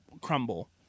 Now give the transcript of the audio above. Crumble